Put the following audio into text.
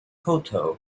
koto